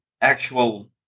actual